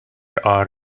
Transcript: are